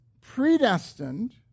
predestined